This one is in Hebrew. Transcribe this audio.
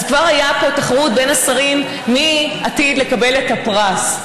אז כבר הייתה פה תחרות בין השרים מי עתיד לקבל את הפרס.